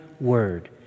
word